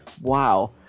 Wow